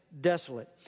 desolate